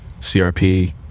CRP